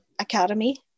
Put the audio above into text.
academy